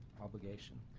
obligation?